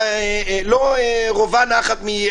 לא רווה נחת.